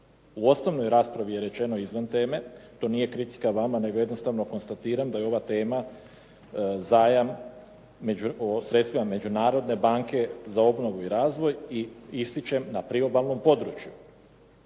U osnovnoj raspravi je rečeno izvan teme. To nije kritika vama, nego jednostavno konstatiram da je ova tema zajam o sredstvima Međunarodne banke za obnovu i razvoj i ističem na priobalnom području.